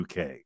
UK